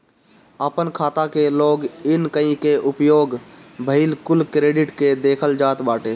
आपन खाता के लॉग इन कई के उपयोग भईल कुल क्रेडिट के देखल जात बाटे